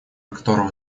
которого